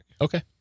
Okay